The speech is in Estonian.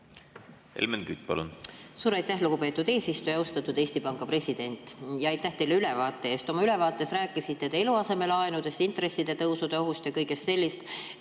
Helmen Kütt, palun! Suur aitäh, lugupeetud eesistuja! Austatud Eesti Panga president! Aitäh teile ülevaate eest! Oma ülevaates rääkisite te eluasemelaenudest, intressitõusude ohust ja kõigest sellest,